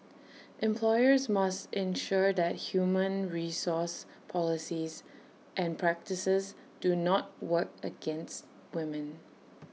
employers must ensure that human resource policies and practices do not work against women